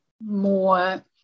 more